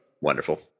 Wonderful